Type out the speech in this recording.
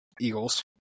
Eagles